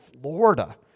Florida